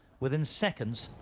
within seconds,